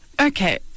Okay